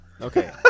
okay